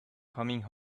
coming